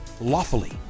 lawfully